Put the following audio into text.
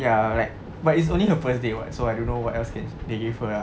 ya right but it's only her first day [what] so I don't know what else can they give her ah